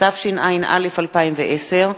התשע"א 2010,